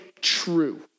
true